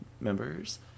members